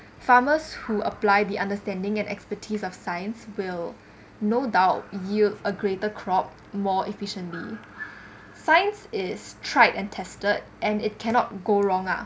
farmers who apply the understanding and expertise of science will no doubt yield a greater crop more efficiently science is tried and tested and it cannot go wrong ah